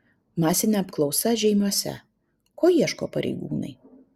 masinė apklausa žeimiuose ko ieško pareigūnai